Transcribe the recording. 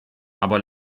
aber